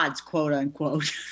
quote-unquote